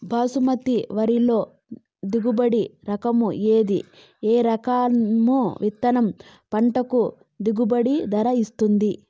బాస్మతి వరిలో దిగుబడి రకము ఏది ఏ రకము విత్తనం పంటకు గిట్టుబాటు ధర ఇస్తుంది